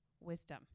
wisdom